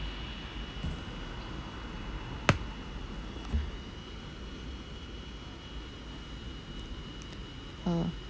uh